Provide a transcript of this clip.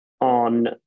on